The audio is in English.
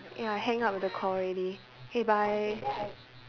ya I hang up with the call already K bye